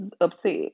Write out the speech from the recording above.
upset